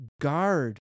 guard